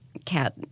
cat